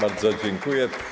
Bardzo dziękuję.